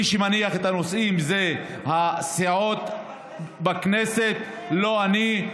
מי שמניח את הנושאים אלו הסיעות בכנסת, ולא אני.